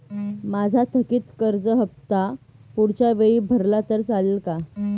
माझा थकीत कर्ज हफ्ता पुढच्या वेळी भरला तर चालेल का?